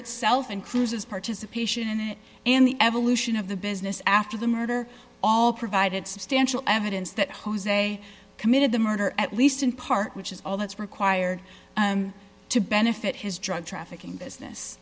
itself and cruise's participation in it and the evolution of the business after the murder all provided substantial evidence that jose committed the murder at least in part which is all that's required to benefit his drug trafficking business